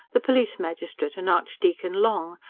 the police magistrate and archdeacon long,